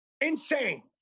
Insane